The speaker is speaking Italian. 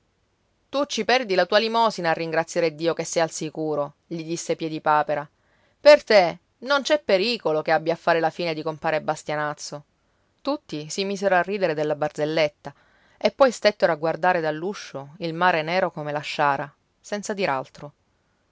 tu ci perdi la tua limosina a ringraziare dio che sei al sicuro gli disse piedipapera per te non c'è pericolo che abbi a fare la fine di compare bastianazzo tutti si misero a ridere della barzelletta e poi stettero a guardare dall'uscio il mare nero come la sciara senza dir altro